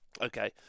Okay